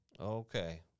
Okay